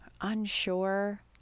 unsure